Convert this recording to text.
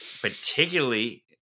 Particularly